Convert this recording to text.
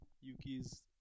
yuki's